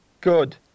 Good